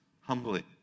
humbly